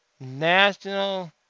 national